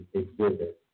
exhibit